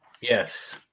Yes